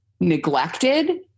neglected